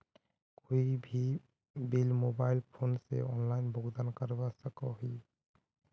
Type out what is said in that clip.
कोई भी bill mobile phone से ऑनलाइन भुगतान करवा सकोहो ही?